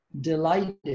delighted